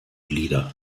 lieder